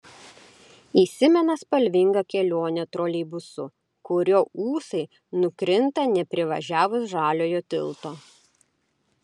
įsimena spalvinga kelionė troleibusu kurio ūsai nukrinta neprivažiavus žaliojo tilto